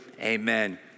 Amen